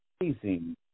Amazing